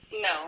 No